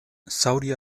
saudi